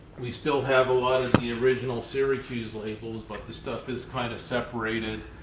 we still have a lot of the original syracuse labels, but this stuff is kind of separated.